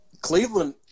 Cleveland